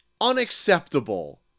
unacceptable